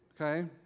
Okay